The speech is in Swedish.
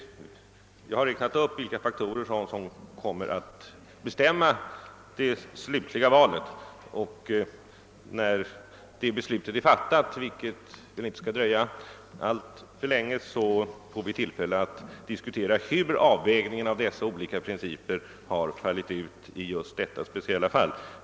Jag har räknat upp vilka faktorer som kommer att bestämma det slutliga valet, och när det beslutet är fattat — vilket inte skall dröja alltför länge — får vi tillfälle att diskutera hur avvägningen av dessa oli ka principer utfallit i detta speciella fall.